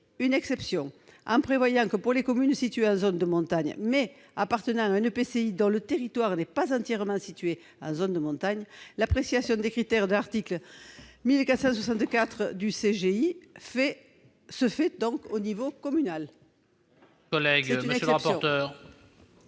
une exception, en prévoyant que, pour les communes situées en zone de montagne, mais appartenant à un EPCI dont le territoire n'est pas entièrement situé en zone de montagne, l'appréciation des critères de l'article 1465 A du CGI se fait au niveau communal. Quel est l'avis de la